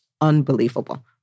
unbelievable